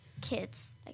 kids